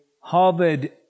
Harvard